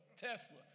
Tesla